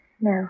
No